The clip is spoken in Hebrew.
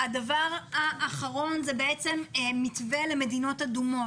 דבר אחרון הוא מתווה למדינות אדומות.